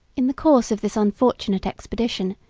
in the course of this unfortunate expedition,